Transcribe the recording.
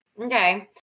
Okay